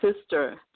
Sister